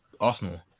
Arsenal